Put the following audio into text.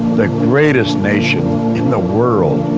the greatest nation in the world.